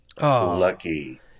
Lucky